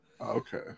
Okay